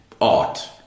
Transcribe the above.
art